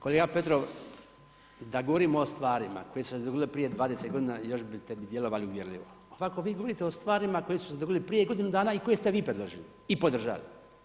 Kolega Petrov, da govorimo o stvari koje su se odvijale prije 20 godina, još bi ste djelovali uvjerljivo, ovako vi govorite o stvarima koje su se dogodile prije godinu dana i koje ste vi predložili i podržali.